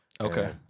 Okay